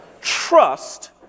Trust